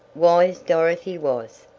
wise dorothy was,